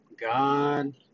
God